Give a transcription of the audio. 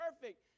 perfect